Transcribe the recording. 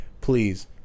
Please